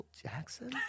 Jackson